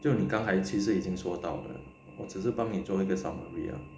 就你刚才其实已经说到的我只是帮你做一个 summary 啊